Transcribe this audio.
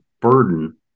burden